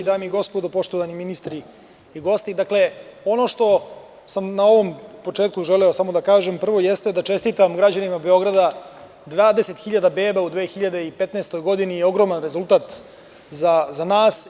Dame i gospodo poštovani ministri i gosti, ono što sam na ovom početku želeo da kažem, prvo, jeste da čestitam građanima Beograda 20.000 beba u 2015. godini, to je ogroman rezultat za nas.